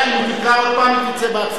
אם היא תקרא עוד פעם היא תצא בעצמה.